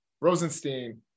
Rosenstein